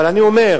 אבל אני אומר,